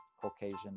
Caucasian